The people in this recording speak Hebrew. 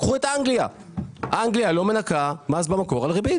קחו כדוגמה את אנגליה שלא מנכה מס במקור על ריבית.